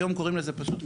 היום קוראים לזה פשוט,